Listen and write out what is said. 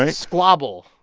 and squabble.